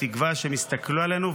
שהם יסתכלו עלינו,